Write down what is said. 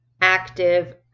active